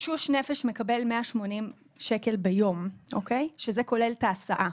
תשוש נפש מקבל 180 שקל ביום, שזה כולל את ההסעה.